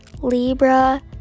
libra